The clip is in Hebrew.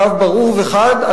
קו ברור וחד,